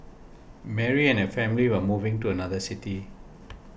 Mary and family were moving to another city